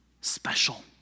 special